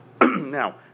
Now